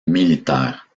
militaires